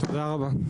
בשבוע הבא.